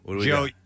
Joe